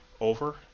over